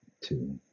two